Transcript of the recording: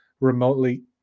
remotely